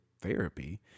therapy